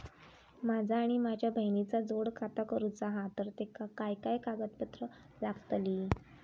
माझा आणि माझ्या बहिणीचा जोड खाता करूचा हा तर तेका काय काय कागदपत्र लागतली?